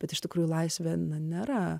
bet iš tikrųjų laisvė nėra